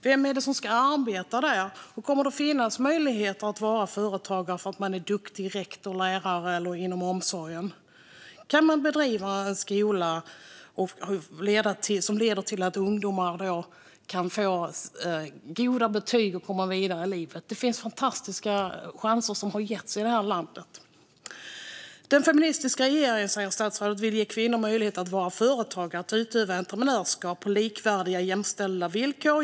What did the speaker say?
Vem är det som ska arbeta där, och kommer det att finnas möjligheter att vara företagare för att man är en duktig rektor, lärare eller jobbar inom omsorgen? Kan man driva en skola som leder till att ungdomar kan få goda betyg och komma vidare i livet? Det har getts fantastiska chanser i det här landet. Statsrådet säger att den feministiska regeringen vill ge kvinnor möjligheter att vara företagare och utöva entreprenörskap på likvärdiga, jämställda villkor.